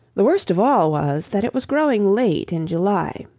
the worst of all was, that it was growing late in july,